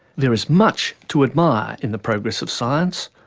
there is much to admire in the progress of science,